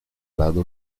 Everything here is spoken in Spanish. lado